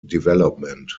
development